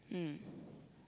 mm